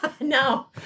No